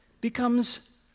becomes